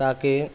تاکہ